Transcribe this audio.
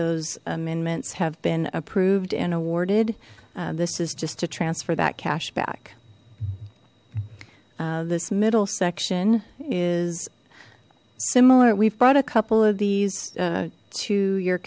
those amendments have been approved and awarded this is just to transfer that cash back this middle section is similar we've brought a couple of these to your